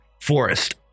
forest